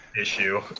issue